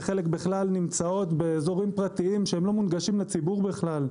שחלקן בכלל נמצאות באזורים פרטיים שבכלל לא מונגשים לציבור.